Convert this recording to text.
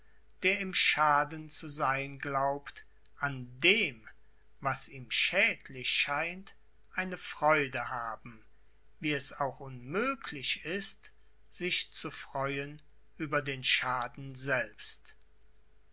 der im schaden zu sein glaubt an dem was ihm schädlich scheint eine freude haben wie es auch unmöglich ist sich zu freuen über den schaden selbst